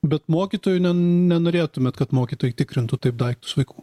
bet mokytojų nenorėtumėt kad mokytojai tikrintų taip daiktus vaikų